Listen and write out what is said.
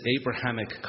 Abrahamic